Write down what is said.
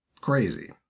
crazy